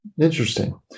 Interesting